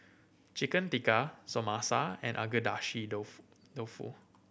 Chicken Tikka Samosa and Agedashi Dofu Dofu